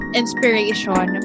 inspiration